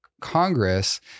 Congress